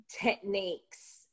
techniques